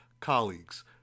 colleagues